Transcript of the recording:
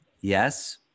Yes